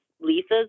Lisa's